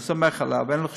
הוא סומך עליו, אין לו חששות,